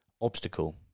obstacle